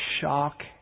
shock